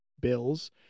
Bills